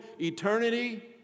eternity